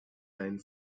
deinen